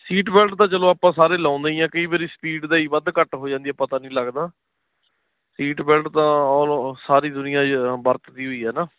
seat belt ਤਾਂ ਚਲੋ ਆਪਾਂ ਸਾਰੇ ਲਾਉਂਦੇ ਹੀ ਆ ਕਈ ਵਾਰੀ ਸਪੀਡ ਦਾ ਹੀ ਵੱਧ ਘੱਟ ਹੋ ਜਾਂਦੀ ਪਤਾ ਨਹੀਂ ਲੱਗਦਾ ਸੀਟ ਬੈਲਟ ਤਾਂ ਸਾਰੀ ਦੁਨੀਆ ਵਰਤਦੀ ਹੋਈ ਹੈ ਨਾ